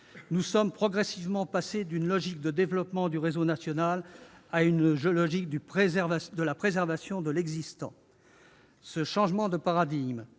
Nous sommes progressivement passés d'une logique de développement du réseau national à une logique de préservation de l'existant. Ce changement de paradigme